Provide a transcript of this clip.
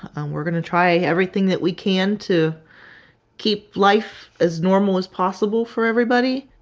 um we're gonna try everything that we can to keep life as normal as possible for everybody.